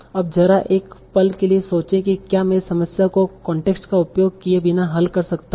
अब जरा एक पल के लिए सोचें कि क्या मैं इस समस्या को कॉन्टेक्स्ट का उपयोग किए बिना हल कर सकता हूं